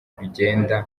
rugenda